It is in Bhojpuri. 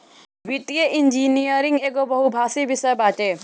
वित्तीय इंजनियरिंग एगो बहुभाषी विषय बाटे